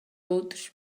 outros